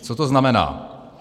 Co to znamená?